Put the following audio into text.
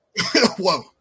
Whoa